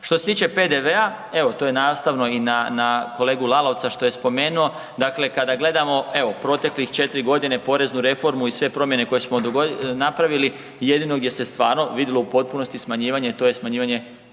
Što se tiče PDV-a, evo, to je nastavno i na kolegu Lalovca, što je spomenuo, dakle kada gledamo, evo, proteklih 4 godine poreznu reformu i sve promjene koje smo napravili, jedino gdje se stvarno vidjelo u potpunosti smanjivanje, a to je smanjivanje